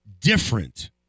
Different